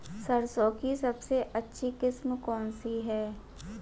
सरसों की सबसे अच्छी किस्म कौन सी है?